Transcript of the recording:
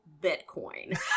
Bitcoin